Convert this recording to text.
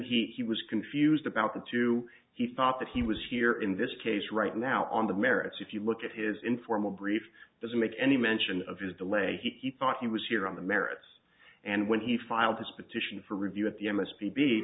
him he was confused about the two he thought that he was here in this case right now on the merits if you look at his informal brief doesn't make any mention of his delay he thought he was here on the merits and when he filed his petition for review at the m s p b